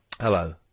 Hello